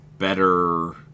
better